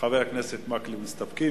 חבר הכנסת עתניאל שנלר, מסתפקים.